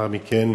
ולאחר מכן